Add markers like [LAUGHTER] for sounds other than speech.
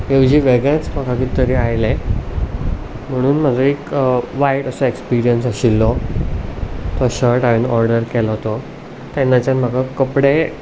[UNINTELLIGIBLE] वेगळेंच म्हाका कितें तरी आयलें म्हणून म्हाका एक वायट असो एक्सपिरियंस आशिल्लो तो शर्ट हांवेन ऑर्डर केलो तो तेन्नाच्यान म्हाका कपडे